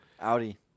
Audi